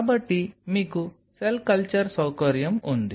కాబట్టి మీకు cell culture సౌకర్యం ఉంది